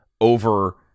over